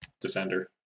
defender